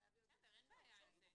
בסדר, אין בעיה עם זה,